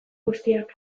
guziak